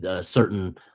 certain